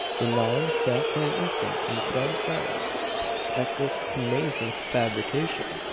the nine sat for an instant in stunned silence at this amazing fabrication.